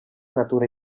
natura